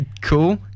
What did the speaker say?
Cool